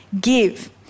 give